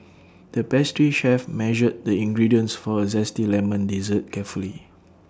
the pastry chef measured the ingredients for A Zesty Lemon Dessert carefully